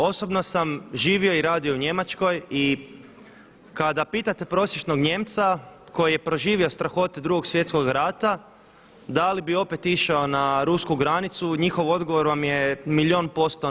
Osobno sam živio i radio u Njemačkoj i kada pitate prosječnog Nijemca koji je proživio strahote Drugog svjetskog rata da li bi opet išao na rusku granicu njihov odgovor vam je milijun posto ne.